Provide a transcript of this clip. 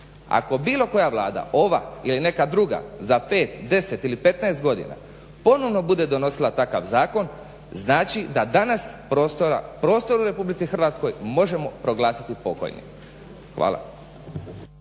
Ako bilo koja Vlada ova ili neka druga za pet, deset ili petnaest godina ponovno bude donosila takav zakon znači da danas prostor u Republici Hrvatskoj možemo proglasiti pokojnim. Hvala.